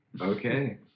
Okay